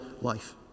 life